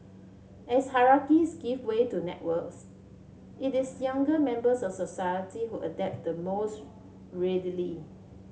as hierarchies give way to networks it is younger members of society who adapt the most readily